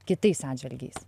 kitais atžvilgiais